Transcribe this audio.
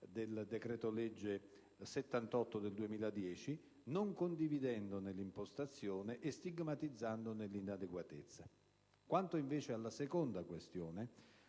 del decreto-legge n. 78 del 2010, non condividendone l'impostazione e stigmatizzandone l'inadeguatezza. Quanto alla seconda questione,